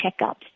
checkups